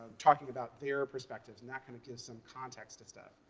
talking about their perspectives and that kind of gives some context to stuff.